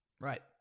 Right